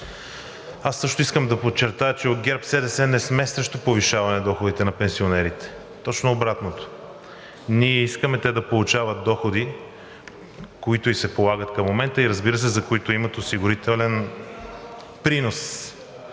Аз също искам да подчертая, че от ГЕРБ-СДС не сме срещу повишаване доходите на пенсионерите. Точно обратното, ние искаме те да получават доходи, които им се полагат към момента и разбира се, за които имат осигурителен принос.